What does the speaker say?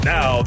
Now